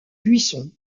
buissons